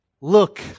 look